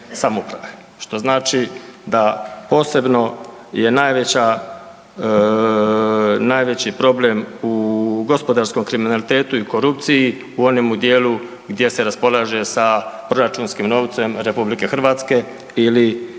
Što znači da posebno je najveći problem u gospodarskom kriminalitetu i korupciji u onom dijelu gdje se raspolaže sa proračunskim novcem RH ili